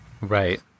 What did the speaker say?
Right